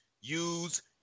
use